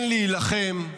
כן להילחם,